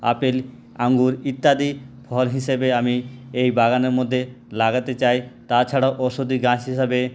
apple আঙুর ইত্যাদি ফল হিসেবে আমি এই বাগানের মধ্যে লাগাতে চাই তাছাড়াও ওষধি গাছ হিসেবে